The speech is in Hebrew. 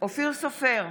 אופיר סופר,